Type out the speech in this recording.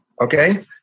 okay